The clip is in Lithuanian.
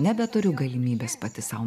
nebeturiu galimybės pati sau